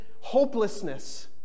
hopelessness